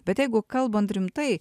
bet jeigu kalbant rimtai